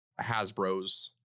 Hasbro's